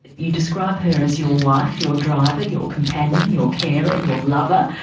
you describe her as your wife, your driver, your companion, your carer, your lover.